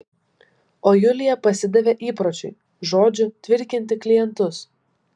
o julija pasidavė įpročiui žodžiu tvirkinti klientus